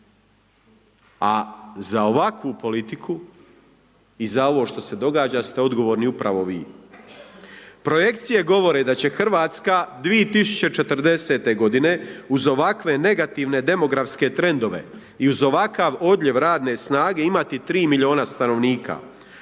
A za ovakvu politiku i za ovo što se događa ste odgovorni upravo vi. Projekcije govore da će Hrvatska 2040. godine uz ovakve negativne demografske trendove i uz ovakav odljev radne snage imati 3 miliona stanovnika